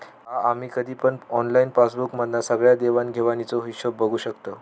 हा आम्ही कधी पण ऑनलाईन पासबुक मधना सगळ्या देवाण घेवाणीचो हिशोब बघू शकताव